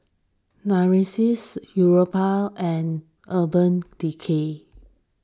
Narcissus Europace and Urban Decay